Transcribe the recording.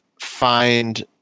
find